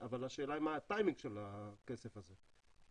אבל השאלה היא מה הטיימינג של הכסף הזה,